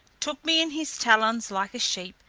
took me in his talons like a sheep,